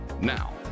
Now